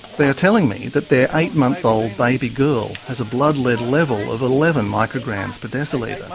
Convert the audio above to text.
they're telling me that their eight-month-old baby girl has a blood lead level of eleven micrograms per decilitre.